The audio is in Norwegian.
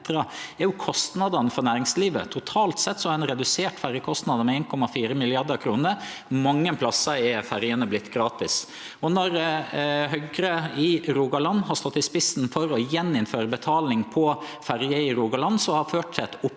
er kostnadene for næringslivet. Totalt sett har ein redusert ferjekostnadene med 1,4 mrd. kr, og mange plassar er ferjene vortne gratis. Når Høgre i Rogaland har stått i spissen for igjen å innføre betaling på ferjer i Rogaland, har det ført til eit opprør der